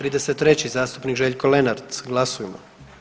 33. zastupnik Željko Lenart, glasujmo.